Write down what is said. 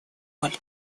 роль